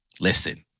Listen